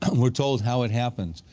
and we are told how it happens.